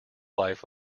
life